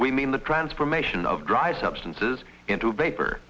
we mean the transformation of dried substances into a paper